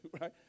right